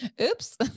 Oops